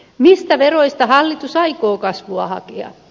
mistä veroista hallitus aikoo kasvua hakea